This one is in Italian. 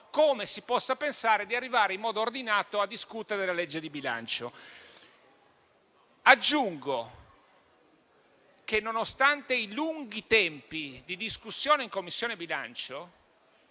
come si possa pensare di arrivare in modo ordinato a discutere la legge di bilancio. Aggiungo che, nonostante i lunghi tempi di discussione in Commissione bilancio,